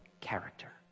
character